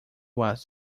was